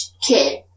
kid